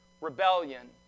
rebellion